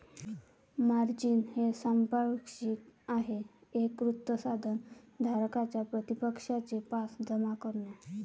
margin हे सांपार्श्विक आहे एक वित्त साधन धारकाच्या प्रतिपक्षाचे पास जमा करणे